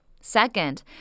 Second